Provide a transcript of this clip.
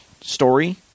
story